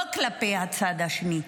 לא כלפי הצד השני,